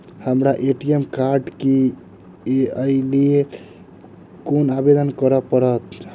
हमरा ATM card नै अई लई केँ लेल की करऽ पड़त?